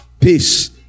peace